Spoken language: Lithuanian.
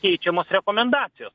keičiamos rekomendacijos